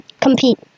compete